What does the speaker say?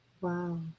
wow